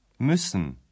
Müssen